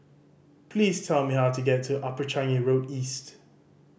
please tell me how to get to Upper Changi Road East